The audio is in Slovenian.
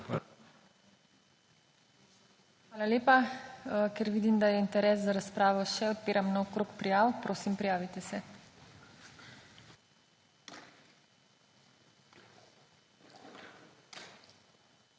Hvala lepa. Ker vidim, da je interes za razpravo še, odpiram nov krog prijav. Prosim, prijavite se. Imamo